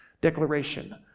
declaration